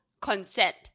consent